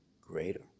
greater